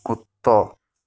کتا